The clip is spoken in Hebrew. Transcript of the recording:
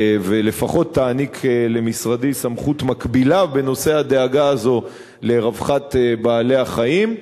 ולפחות תעניק למשרדי סמכות מקבילה בנושא הדאגה הזאת לרווחת בעלי-החיים.